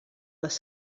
les